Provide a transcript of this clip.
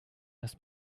das